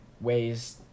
ways